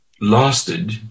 lasted